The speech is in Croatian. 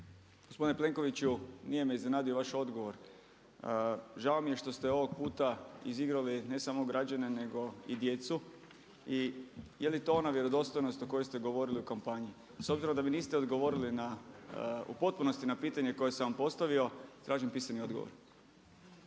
Gospodine Plenkoviću nije me iznenadio vaš odgovor. Žao mi je što ste ovog puta izizgrali ne samo građene nego i djecu. I je li to ona vjerodostojnost o kojoj ste govorili u kampanji? S obzirom da mi niste odgovorili u potpunosti na pitanje koje sam vam postavio tražim pisani odgovor.